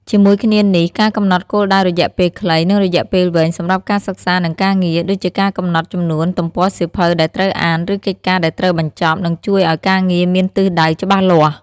ជាមួយគ្នានេះ ការកំណត់គោលដៅរយៈពេលខ្លី និងរយៈពេលវែង សម្រាប់ការសិក្សា និងការងារ ដូចជាការកំណត់ចំនួនទំព័រសៀវភៅដែលត្រូវអាន ឬកិច្ចការដែលត្រូវបញ្ចប់ នឹងជួយឲ្យការងារមានទិសដៅច្បាស់លាស់។